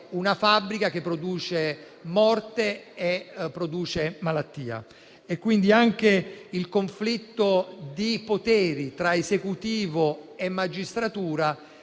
una fabbrica che produce morte e malattia. Quindi, anche il conflitto di poteri tra Esecutivo e magistratura